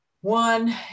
One